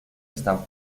están